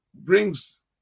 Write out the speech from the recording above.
Brings